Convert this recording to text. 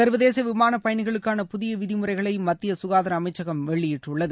சர்வதேசவிமானபயணிகளுக்கான புதியவிதிமுறைகளைமத்தியசுகாதார அமைச்சகம் வெளியிட்டுள்ளது